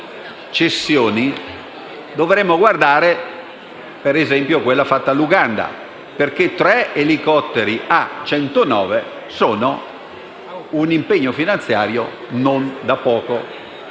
dovremmo guardare, ad esempio, quella fatta all'Uganda perché tre elicotteri A109 sono un impegno finanziario non da poco.